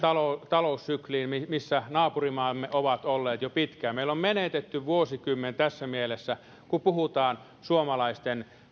taloussykliin missä naapurimaamme ovat olleet jo pitkään meillä on menetetty vuosikymmen tässä mielessä kun puhutaan suomalaisten